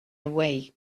awake